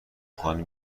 خانه